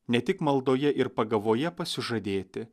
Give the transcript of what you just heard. ne tik maldoje ir pagavoje pasižadėti